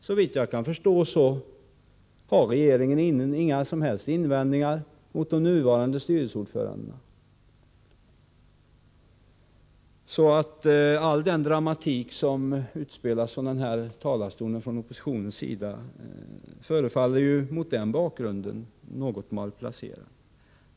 Såvitt jag kan förstå har regeringen inga invändningar mot de nuvarande styrelseordförandena. All den dramatik som utspelas från den här talarstolen från oppositionens sida förefaller med den bakgrunden något malplacerad.